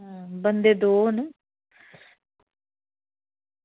अं बंदे दो न